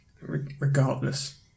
regardless